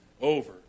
Over